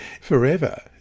forever